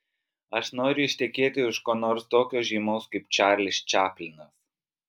aš noriu ištekėti už ko nors tokio žymaus kaip čarlis čaplinas